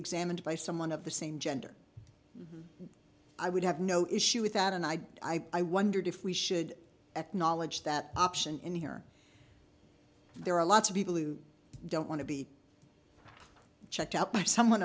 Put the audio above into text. examined by someone of the same gender i would have no issue without an eye i wondered if we should acknowledge that option in here there are lots of people who don't want to be checked out by someone